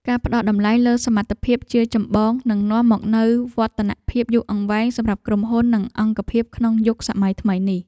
ការផ្តល់តម្លៃលើសមត្ថភាពជាចម្បងនឹងនាំមកនូវវឌ្ឍនភាពយូរអង្វែងសម្រាប់ក្រុមហ៊ុន និងអង្គភាពក្នុងយុគសម័យថ្មីនេះ។